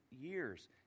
years